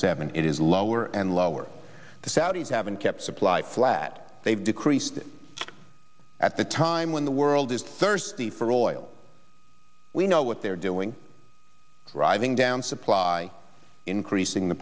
seven it is lower and lower the saudis haven't kept supply flat they've decreased at the time when the world is thirsty for oil we know what they're doing rising down supply increasing the